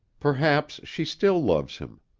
perhaps she still loves him.